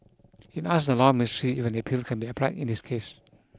it asked the Law Ministry if an appeal can be applied in this case